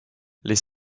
les